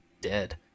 dead